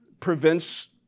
prevents